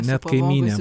net kaimynė